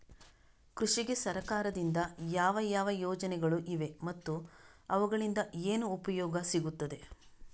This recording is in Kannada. ಕೃಷಿಗೆ ಸರಕಾರದಿಂದ ಯಾವ ಯಾವ ಯೋಜನೆಗಳು ಇವೆ ಮತ್ತು ಅವುಗಳಿಂದ ಏನು ಉಪಯೋಗ ಸಿಗುತ್ತದೆ?